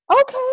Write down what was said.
okay